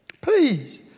please